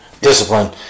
discipline